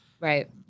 Right